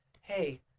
hey